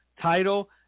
title